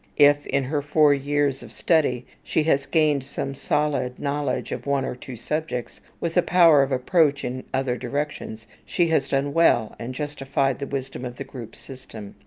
if, in her four years of study, she has gained some solid knowledge of one or two subjects, with a power of approach in other directions, she has done well, and justified the wisdom of the group system,